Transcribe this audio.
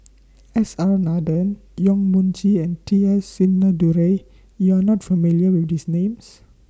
S R Nathan Yong Mun Chee and T S Sinnathuray YOU Are not familiar with These Names